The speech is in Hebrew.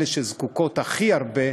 אלה שזקוקות הכי הרבה,